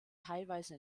teilweise